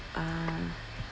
ah